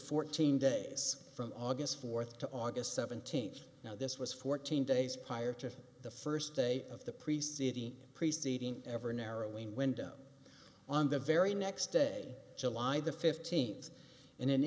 fourteen days from august fourth to august seventeenth now this was fourteen days prior to the first day of the preceding preceding ever narrowing window on the very next day july the fifteenth in an